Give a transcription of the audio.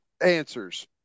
answers